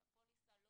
זאת אומרת, הפוליסה לא